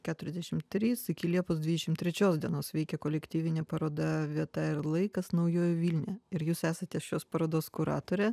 keturiasdešimt trys iki liepos dvidešimt trečios dienos veikia kolektyvinė paroda vieta ir laikas naujoji vilnia ir jūs esate šios parodos kuratorė